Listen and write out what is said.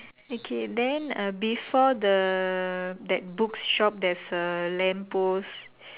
okay then uh before the that book shop there's a lamp post